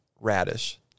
radish